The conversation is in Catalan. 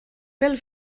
pel